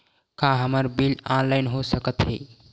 का हमर bill online हो सकत हे?